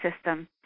system